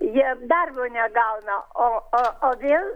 jie darbo negauna o o o vėl